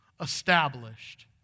established